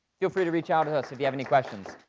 feel free to reach out at us if you have any questions.